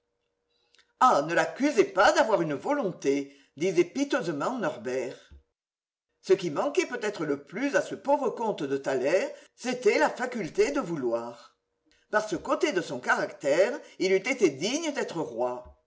ah ne l'accusez pas d'avoir une volonté disait piteusement norbert ce qui manquait peut-être le plus à ce pauvre comte de thaler c'était la faculté de vouloir par ce côté de son caractère il eût été digne d'être roi